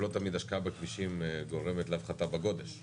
לא תמיד השקעה בכבישים גורמת להפחתה בגודש בכבישים.